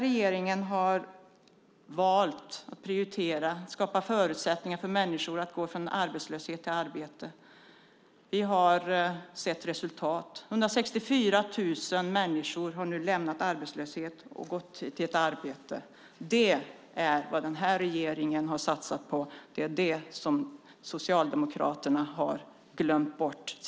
Regeringen har valt att prioritera att skapa förutsättningar för människor att gå från arbetslöshet till arbete. Vi har sett resultatet. 164 000 människor har nu lämnat arbetslösheten och gått till ett arbete. Det är vad denna regering satsat på. Det är det som Socialdemokraterna tidigare glömt bort.